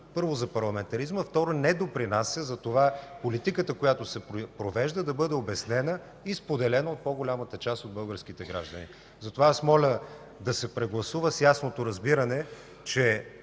първо, за парламентаризма, и второ, не допринася политиката, която се провежда, да бъде обяснена и споделена с по-голямата част от българските граждани. Затова моля да се прегласува с ясното разбиране, че